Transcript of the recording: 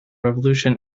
revolution